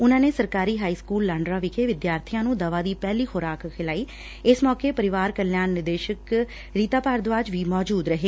ਉਨੂਾ ਨੇ ਸਰਕਾਰੀ ਹਾਈ ਸਕੂਲ ਲਾਂਡਰਾ ਵਿਖੇ ਵਿਦਿਆਰਥੀਆ ਨੂੰ ਦਵਾ ਦੀ ਪਹਿਲੀ ਖੁਰਾਕ ਖਿਲਾਈ ਇਸ ਮੌਕੇ ਪਰਿਵਾਰ ਕਲਿਆਣ ਨਿਦੇਸ਼ਕ ਰੀਤਾ ਭਾਰਦਵਾਜ ਦੀ ਮੌਜੁਦ ਰਹੇ